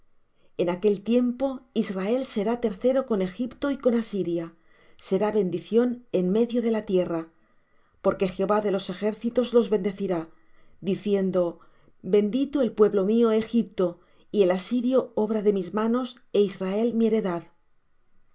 en aquel tiempo israel será tercero con egipto y con asiria será bendición en medio de la tierra porque jehová de los ejércitos los bendecirá diciendo bendito el pueblo mío egipto y el asirio obra de mis manos é israel mi heredad